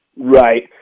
Right